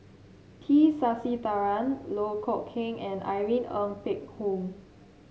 T Sasitharan Loh Kok Heng and Irene Ng Phek Hoong